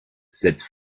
cette